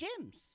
gyms